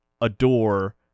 adore